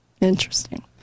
Interesting